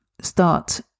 start